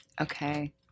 Okay